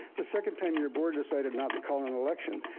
the second time, your board decided not to call an election.